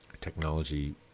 Technology